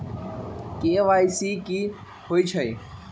KYC कि होई छई?